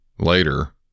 Later